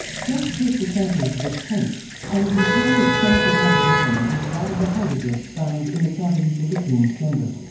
just take the samples of this paint and compare its chemical composition with that of the hieroglyphs found in the cavities of the king's chamber.